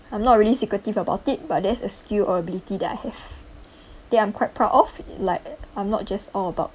I'm not really secretive about it but there's a skill or ability that I have that I'm quite proud of like I'm not just all about